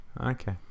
Okay